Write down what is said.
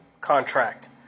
contract